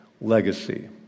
legacy